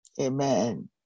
Amen